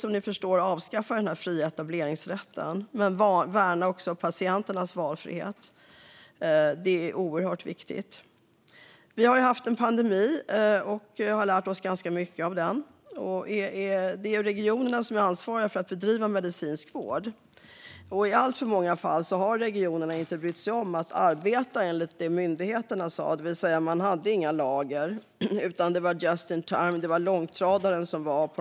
Som ni förstår vill vi avskaffa den fria etableringsrätten, men det är oerhört viktigt att vi också värnar patienternas valfrihet. Det har varit en pandemi, och vi har lärt oss mycket av den. Det är regionerna som är ansvariga för att bedriva medicinsk vård. I alltför många fall har regionerna inte brytt sig om att arbeta i enlighet med vad myndigheterna har sagt. Det innebär att det inte har funnits några lager, utan i stället har det varit fråga om just in time-modellen.